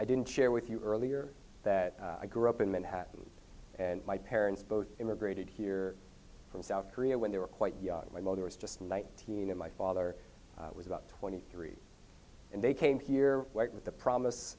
i didn't share with you earlier that i grew up in manhattan and my parents both immigrated here from south korea when they were quite young my mother was just nineteen and my father was about twenty three and they came here with the promise